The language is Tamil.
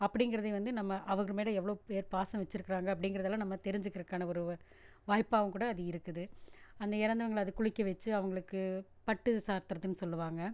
அப்படிங்கிறதை வந்து நம்ம அவங்க மேலே எவ்வளோ பேர் பாசம் வச்சிருக்குறாங்கள் அப்படிங்கிறது எல்லாம் நம்ம தெரிஞ்சிக்கிறக்கானால் ஒரு வாய்ப்பாகவும் கூட அது இருக்குது அந்த இறந்தவங்கள அது குளிக்க வச்சு அவங்களுக்கு பட்டு சாத்துகிறதுன்னு சொல்லுவாங்கள்